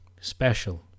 special